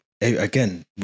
again